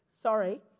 Sorry